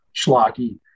schlocky